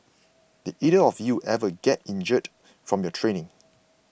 did either of you ever get injured from your training